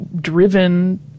Driven